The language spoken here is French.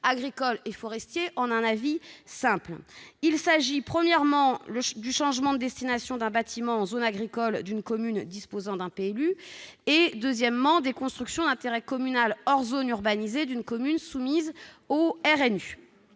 l'avis conforme de la CDPENAF. Il s'agit, premièrement, du changement de destination d'un bâtiment en zone agricole d'une commune disposant d'un PLU ; et, deuxièmement, des constructions d'intérêt communal hors zone urbanisée d'une commune soumise au RNU.